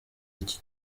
iki